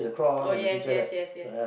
oh yes yes yes yes